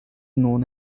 known